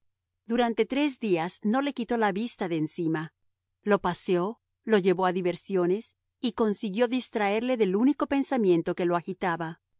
durante tres días no le quitó la vista de encima lo paseó lo llevó a diversiones y consiguió distraerle del único pensamiento que lo agitaba